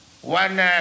One